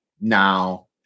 now